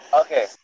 Okay